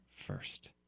first